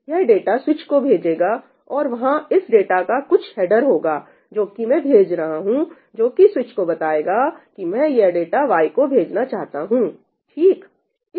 यह data switch को भेजेगा और वहां इस डाटा का कुछ हैडर होगा जो कि मैं भेज रहा हूं जो कि स्विच को बताएगा कि मैं यह डाटा y को भेजना चाहता हूं ठीक